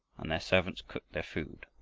and their servants cooked their food.